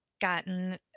gotten